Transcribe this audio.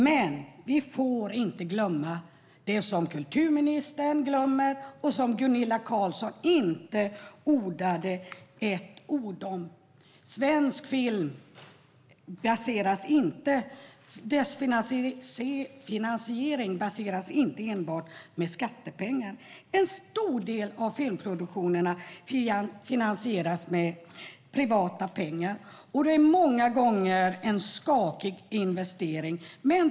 Jag vill ta upp något som vi inte får glömma men som kulturministern glömmer och som Gunilla Carlsson inte sa ett ord om, nämligen att finansieringen av svensk film inte enbart baseras på skattepengar. En stor del av filmproduktionerna finansieras med privata pengar. Det är många gånger en skakig investering.